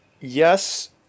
Yes